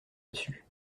dessus